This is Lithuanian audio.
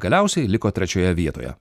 galiausiai liko trečioje vietoje